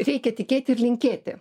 reikia tikėti ir linkėti